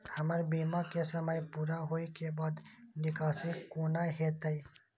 हमर बीमा के समय पुरा होय के बाद निकासी कोना हेतै?